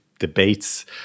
Debates